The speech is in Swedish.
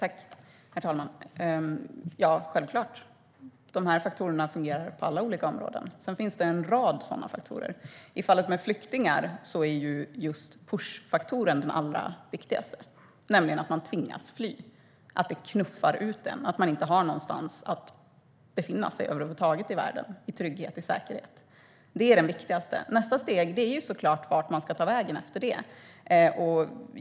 Herr talman! Ja, självklart! Dessa faktorer fungerar på alla olika områden. Det finns en rad sådana faktorer. I fallet med flyktingar är push-faktorn den allra viktigaste, att man tvingas fly, att man bli utknuffad och inte kan befinna sig någonstans i världen i trygghet och säkerhet. Nästa steg är såklart vart man ska ta vägen efter det.